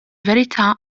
verità